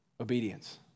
obedience